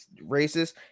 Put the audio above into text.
racist